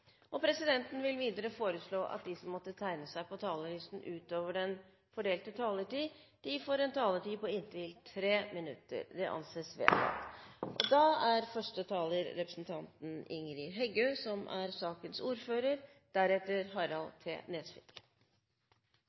vil presidenten foreslå at det blir gitt anledning til tre replikker med svar etter innlegg fra medlemmer av regjeringen innenfor den fordelte taletid. Videre blir det foreslått at de som måtte tegne seg på talerlisten utover den fordelte taletid, får en taletid på inntil 3 minutter. – Det anses vedtatt. Jeg er